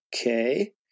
Okay